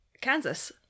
Kansas